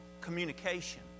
communication